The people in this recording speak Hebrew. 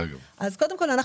קודם כל,